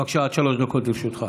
בבקשה, עד שלוש דקות לרשותך.